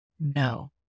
No